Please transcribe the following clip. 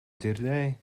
dzirdēji